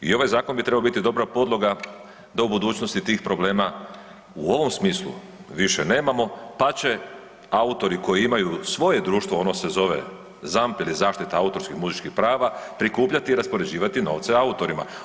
I ovaj zakon bi trebao biti dobra podloga da u budućnosti tih problema u ovom smislu više nemamo pa će autori koji imaju svoje društvo, ono se zove ZAMP ili Zaštita autorskih muzičkih prava, prikupljati i raspoređivati novce autorima.